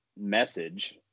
message